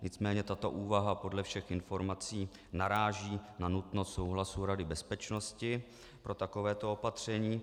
Nicméně tato úvaha podle všech informací naráží na nutnost souhlasu Rady bezpečnosti pro takovéto opatření.